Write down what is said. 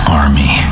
army